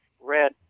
Red